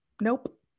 Nope